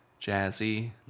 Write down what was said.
jazzy